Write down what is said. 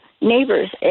neighbors